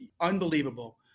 unbelievable